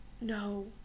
no